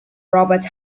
robert